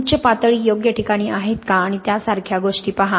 उच्च पातळी योग्य ठिकाणी आहेत का आणि त्यासारख्या गोष्टी पहा